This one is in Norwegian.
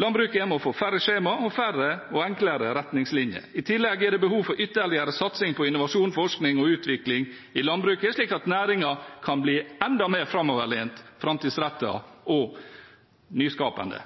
Landbruket må få færre skjemaer og færre og enklere retningslinjer. I tillegg er det behov for ytterligere satsing på innovasjon, forskning og utvikling i landbruket, slik at næringen kan bli enda mer framoverlent, framtidsrettet og nyskapende.